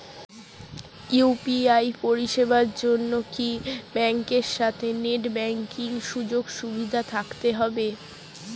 UPI পরিষেবার জন্য কি ব্যাংকের সাথে নেট ব্যাঙ্কিং সুযোগ সুবিধা থাকতে হবে?